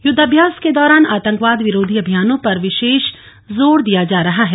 युद्धाम्यास के दौरान आतंकवाद विरोधी अभियानों पर विशेष जोर दिया जा रहा है